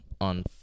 on